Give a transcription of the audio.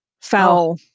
foul